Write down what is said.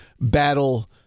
Battle